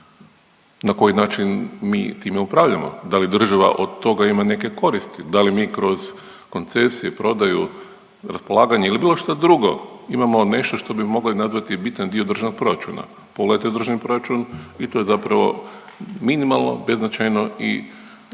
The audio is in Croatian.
Na koji način mi time upravljamo, da li država od toga ima neke koristi? Da li mi kroz koncesije, prodaju, raspolaganje ili bilo što drugo, imamo nešto što bi mogli nazvati bitan dio državnog proračuna? Pogledajte u državni proračun i to je zapravo minimalno, beznačajno i na svoj